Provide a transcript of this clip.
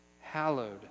hallowed